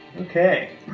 Okay